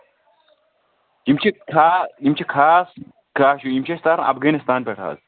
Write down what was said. یِم چھِ خاص یِم چھِ خاص یِم چھِ أسۍ تاران افغانستان پٮ۪ٹھ حظ